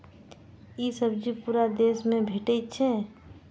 ई सब्जी पूरा देश मे भेटै छै